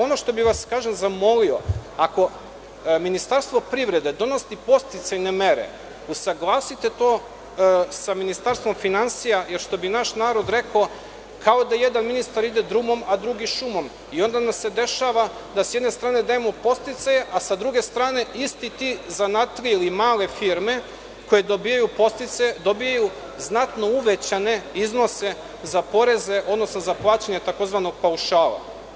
Ono što bih vas zamolio, ako Ministarstvo privrede donosi podsticajne mere, usaglasite to sa Ministarstvom finansija, jer što bi naš narod rekao, kao da jedan ministar ide drumom, a drugi šumom, i onda nam se dešava da sa jedne strane dajemo podsticaje, a sa druge strane, iste te zanatlije i male firme, koje dobijaju podsticaje, dobijaju znatno uvećane iznose za poreze, odnosno za plaćanje tzv. paušala.